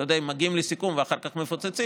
אתה יודע שאם מגיעים לסיכום ואחר כך מפוצצים,